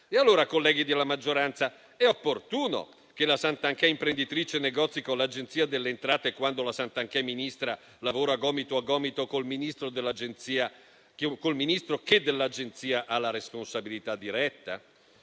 E allora, colleghi della maggioranza, è opportuno che la Santanchè imprenditrice negozi con l'Agenzia delle entrate, quando la Santanchè ministra lavora gomito a gomito con il Ministro che dell'Agenzia ha la responsabilità diretta?